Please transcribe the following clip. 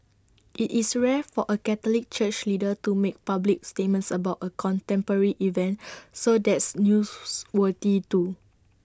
IT is rare for A Catholic church leader to make public statements about A contemporary event so that's news worthy too